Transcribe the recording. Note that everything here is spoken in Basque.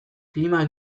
klima